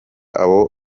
abo